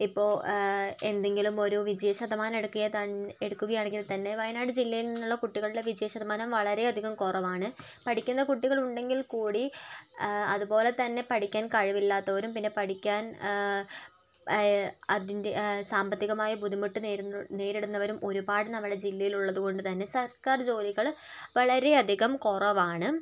ഇപ്പോള് എന്തെങ്കിലും ഒരു വിജയശതമാനം എടുക്കുകയാണെങ്കിൽത്തന്നെ വയനാട് ജില്ലയിൽ നിന്നുള്ള കുട്ടികളുടെ വിജയശതമാനം വളരെയധികം കുറവാണ് പഠിക്കുന്ന കുട്ടികളുണ്ടെങ്കിൽക്കൂടി അതുപോലെതന്നെ പഠിക്കാൻ കഴിവില്ലാത്തവരും പിന്നെ പഠിക്കാൻ സാമ്പത്തികമായ ബുദ്ധിമുട്ട് നേരിടുന്നവരും ഒരുപാട് നമ്മുടെ ജില്ലയിൽ ഉള്ളതുകൊണ്ട് തന്നെ സർക്കാർ ജോലികള് വളരെയധികം കുറവാണ്